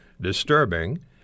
disturbing